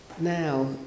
Now